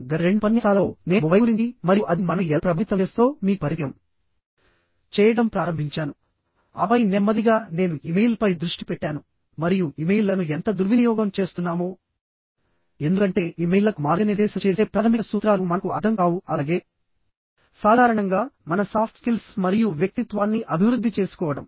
గత రెండు ఉపన్యాసాలలోనేను మొబైల్ గురించి మరియు అది మనల్ని ఎలా ప్రభావితం చేస్తుందో మీకు పరిచయం చేయడం ప్రారంభించానుఆపై నెమ్మదిగా నేను ఇమెయిల్ పై దృష్టి పెట్టాను మరియు ఇమెయిల్లను ఎంత దుర్వినియోగం చేస్తున్నామోఎందుకంటే ఇమెయిల్లకు మార్గనిర్దేశం చేసే ప్రాథమిక సూత్రాలు మనకు అర్థం కావు అలాగే సాధారణంగా మన సాఫ్ట్ స్కిల్స్ మరియు వ్యక్తిత్వాన్ని అభివృద్ధి చేసుకోవడం